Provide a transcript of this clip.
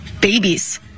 babies